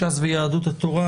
ש"ס ויהדות התורה.